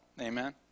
Amen